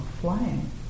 flying